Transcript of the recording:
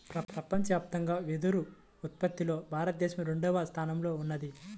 ప్రపంచవ్యాప్తంగా వెదురు ఉత్పత్తిలో భారతదేశం రెండవ స్థానంలో ఉన్నది